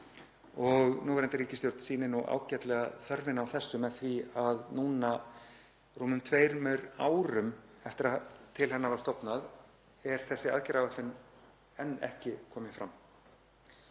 Núverandi ríkisstjórn sýnir ágætlega þörfina á þessu með því að nú, rúmum tveimur árum eftir að til hennar var stofnað, er þessi aðgerðaáætlun enn ekki komin fram.